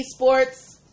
eSports